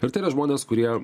ir tai yra žmonės kurie